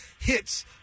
hits